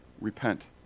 Repent